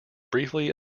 briefly